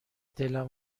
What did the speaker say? دلم